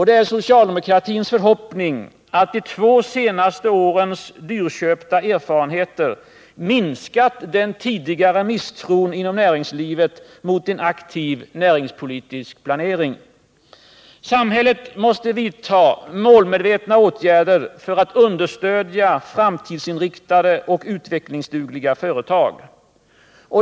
Det är socialdemokratins förhoppning att de två senaste årens dyrköpta erfarenheter minskat den tidigare misstron inom näringslivet mot en aktiv näringspolitisk planering. Samhället måste vidta målmedvetna åtgärder för att understödja framtidsinriktade och utvecklingsdugliga företag.